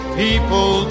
people